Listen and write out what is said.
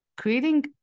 creating